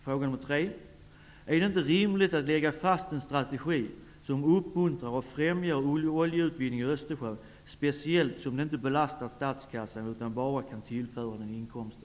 Fråga tre: Är det inte rimligt att lägga fast en strategi som uppmuntrar och främjar oljeutvinning i Östersjön, speciellt som det inte belastar statskassan utan bara kan tillföra den inkomster?